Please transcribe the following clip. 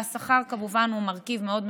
והשכר כמובן הוא מרכיב מאוד משמעותי.